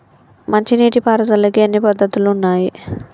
మంచి నీటి పారుదలకి ఎన్ని పద్దతులు ఉన్నాయి?